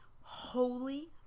Holy